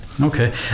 Okay